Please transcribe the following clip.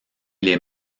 les